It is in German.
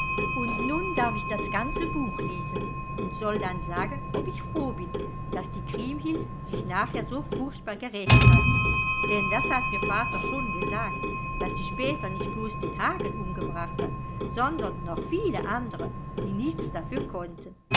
und nun darf ich das ganze buch lesen und soll dann sagen ob ich froh bin daß die kriemhild sich nachher so furchtbar gerächt hat denn das hat mir vater schon gesagt daß sie später nicht blos den hagen umgebracht hat sondern noch viele andere die nichts dafür konnten